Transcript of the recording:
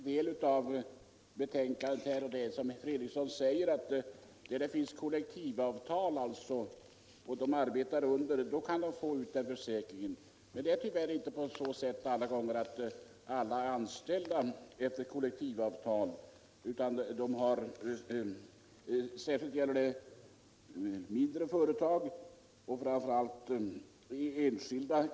Herr talman! Jag har tagit del av betänkandet och jag vet att det är som herr Fredriksson säger att trygghetsförsäkringen gäller för dem som arbetar under kollektivavtal. Men tyvärr är inte alla anställda enligt kollektivavtal. Särskilt gäller det mindre företag och enskilda.